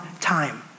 time